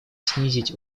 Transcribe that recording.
снизить